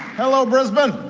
hello brisbane!